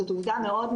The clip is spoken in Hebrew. זאת עובדה מאוד,